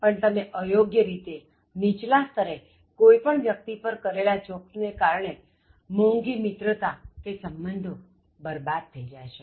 પણ તમે અયોગ્ય રીતેનીચલા સ્તરે કોઇ વ્યક્તિ પર કરેલા જોકસ ને કારણે મોંઘી મિત્રતા કે સંબધો બરબાદ થઇ જાય છે